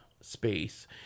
space